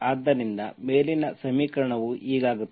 ಆದ್ದರಿಂದ ಮೇಲಿನ ಸಮೀಕರಣವು ಹೀಗಾಗುತ್ತದೆ